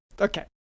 okay